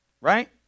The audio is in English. Right